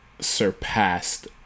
surpassed